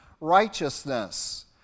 righteousness